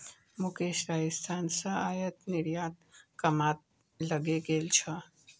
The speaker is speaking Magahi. मुकेश राजस्थान स आयात निर्यातेर कामत लगे गेल छ